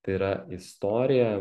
tai yra istorija